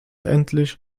endlich